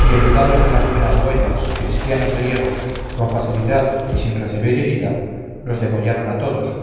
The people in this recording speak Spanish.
y ayudados de las buenas boyas cristianos griegos con facilidad y sin recebir herida los degollaron a todos